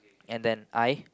and then I